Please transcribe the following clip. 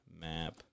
Map